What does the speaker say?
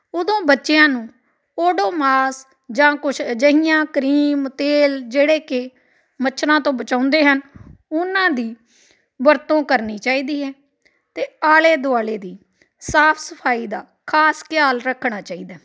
ਉਦੋਂ ਬੱਚਿਆਂ ਨੂੰ ਓਡੋਮਾਸ ਜਾਂ ਕੁਛ ਅਜਿਹੀਆਂ ਕਰੀਮ ਤੇਲ ਜਿਹੜੇ ਕਿ ਮੱਛਰਾਂ ਤੋਂ ਬਚਾਉਂਦੇ ਹਨ ਉਹਨਾਂ ਦੀ ਵਰਤੋਂ ਕਰਨੀ ਚਾਹੀਦੀ ਹੈ ਅਤੇ ਆਲੇ ਦੁਆਲੇ ਦੀ ਸਾਫ ਸਫਾਈ ਦਾ ਖਾਸ ਖਿਆਲ ਰੱਖਣਾ ਚਾਹੀਦਾ